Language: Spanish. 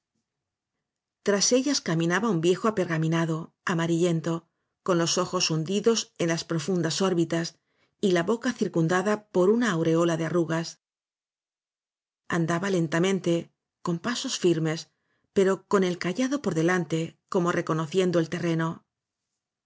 tras ellas caminaba un viejo apergaminado amarillento con los ojos hundidos en las pro fundas órbitas y la boca circundada por una aureola de arrugas andaba lentamente con pasos firmes pero con el cayado por delante como reconociendo el terreno